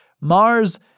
Mars